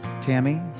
Tammy